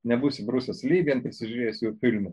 nebūsi briusas ly vien prisižiūrėjęs jo filmų